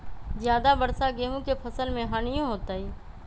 ज्यादा वर्षा गेंहू के फसल मे हानियों होतेई?